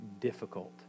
difficult